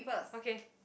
okay